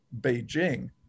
Beijing